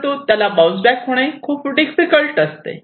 परंतु त्याला bounce back होणे खूप डिफिकल्ट असते